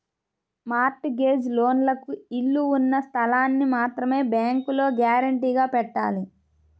mart gauge లోన్లకు ఇళ్ళు ఉన్న స్థలాల్ని మాత్రమే బ్యేంకులో గ్యారంటీగా పెట్టాలి